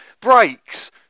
breaks